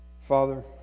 Father